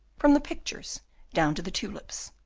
from the pictures down to the tulips.